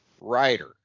Writer